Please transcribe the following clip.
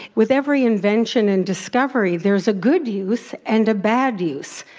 with every invention and discovery, there's a good use and a bad use.